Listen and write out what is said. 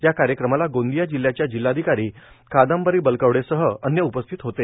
या कार्यक्रमाला गोंदिया जिल्ह्याच्या जिल्हाधिकारी कादंबरी बलकवडेसह अन्य उपस्थित होते